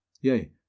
Yea